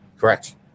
Correct